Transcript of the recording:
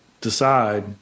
Decide